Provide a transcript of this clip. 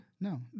No